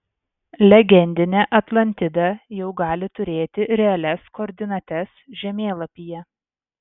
legendinė atlantida jau gali turėti realias koordinates žemėlapyje